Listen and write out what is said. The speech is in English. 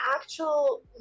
actual